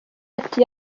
ati